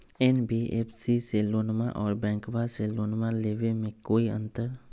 NBFC से लोनमा आर बैंकबा से लोनमा ले बे में कोइ अंतर?